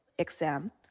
exam